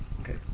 Okay